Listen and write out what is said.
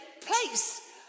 place